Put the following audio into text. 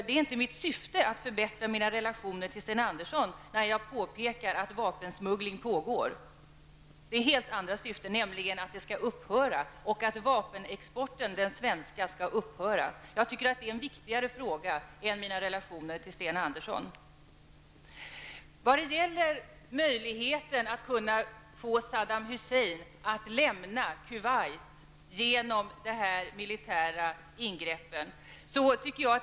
Det är inte mitt syfte att förbättra mina relationer med Sten Andersson när jag påpekar att vapensmuggling pågår. Syftet är att smuggling skall upphöra och att den svenska vapenexporten skall upphöra. Det är en viktigare fråga än mina relationer till Sten Vidare har vi frågan om möjligheten att få Saddam Hussein att lämna Kuwait med hjälp av de militära ingripandena.